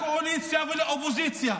לקואליציה ולאופוזיציה: